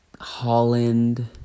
Holland